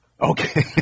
Okay